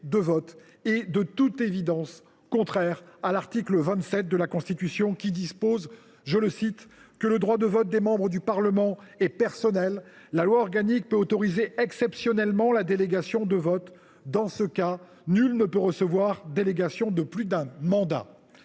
de vote est de toute évidence contraire à l’article 27 de la Constitution, qui dispose :« Le droit de vote des membres du Parlement est personnel. La loi organique peut autoriser exceptionnellement la délégation de vote. Dans ce cas, nul ne peut recevoir délégation de plus d’un mandat. »